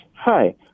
Hi